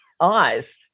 eyes